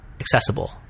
accessible